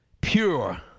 Pure